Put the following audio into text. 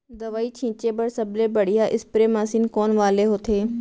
दवई छिंचे बर सबले बढ़िया स्प्रे मशीन कोन वाले होथे?